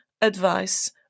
advice